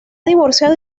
divorciado